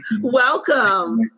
welcome